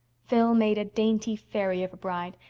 phil made a dainty fairy of a bride,